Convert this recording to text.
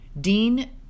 Dean